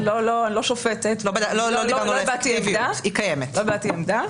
לא הבעתי עמדה.